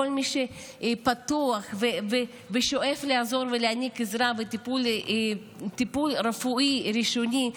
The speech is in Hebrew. כל מי שפתוח ושואף לעזור ולהעניק עזרה וטיפול רפואי ראשוני,